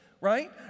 right